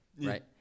right